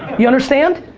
you understand?